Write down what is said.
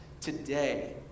today